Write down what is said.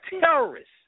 terrorists